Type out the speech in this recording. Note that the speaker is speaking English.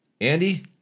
Andy